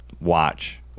watch